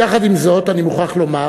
יחד עם זאת, אני מוכרח לומר